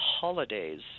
holidays